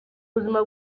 buzima